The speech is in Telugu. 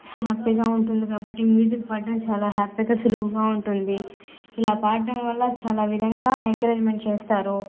హ్యాపీగా ఉంటుంది కాబట్టి దానికి మ్యూజిక్ పడ్డం చాలా హ్యాపీగా సులువుగా ఉంటుంది ఇలా పాడటం వల్ల చాలా విధంగా ఎంకరేజ్మెంట్ చేస్తారు